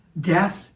death